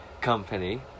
company